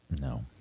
No